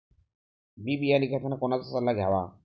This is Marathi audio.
बी बियाणे घेताना कोणाचा सल्ला घ्यावा?